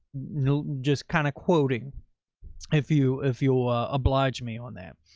you know just kind of quoting if you, if you'll ah oblige me on that.